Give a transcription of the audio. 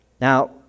Now